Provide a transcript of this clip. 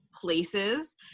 places